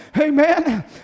Amen